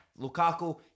Lukaku